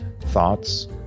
thoughts